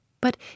But